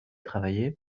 travailler